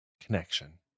connection